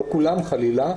לא כולם חלילה,